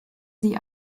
sie